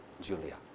Julia